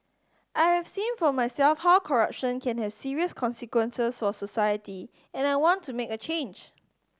I have seen for myself how corruption can have serious consequences for society and I want to make a change